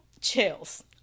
chills